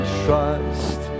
trust